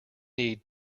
need